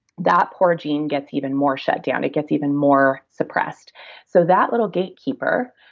that poor gene gets even more shut down. it gets even more suppressed so that little gatekeeper,